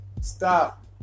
Stop